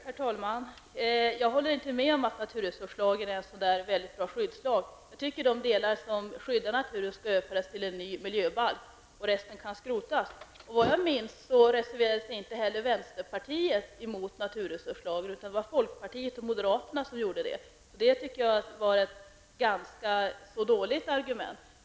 Herr talman! Jag håller inte med om att naturresurslagen är en mycket bra skyddslag. De delar som handlar om skydd av naturen bör överföras till en ny miljöbalk och resten kan skrotas. Såvitt jag minns reserverade sig inte vänsterpartiet emot naturresurslagen. Folkpartiet och moderaterna gjorde detta. Jag tycker att det är ett ganska dåligt argument.